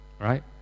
Right